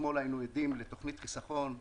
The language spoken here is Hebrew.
אתמול היינו עדים תוכנית חסכון,